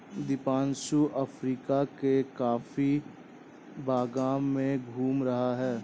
Deepanshu Africa के coffee बागान में घूम रहा है